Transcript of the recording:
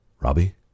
Robbie